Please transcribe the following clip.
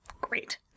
Great